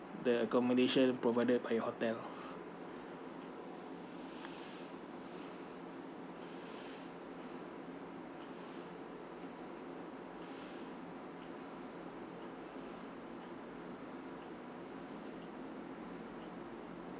the accommodation provided by your hotel